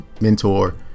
mentor